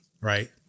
right